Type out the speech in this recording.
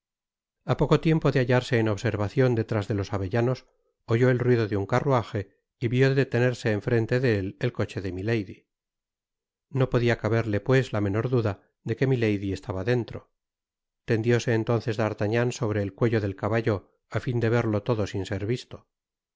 a poco lie uipo de hallarse en observacion detrás de los avellanos oyé el ruido de un carruaje y vió detenerse en frente de él el coche de milady no podia caberte pues la menor duda de que milady estaba dentro tendióse entonces d'artagnan sobre el cuello del caballo á fin de verlo todo sin ser visto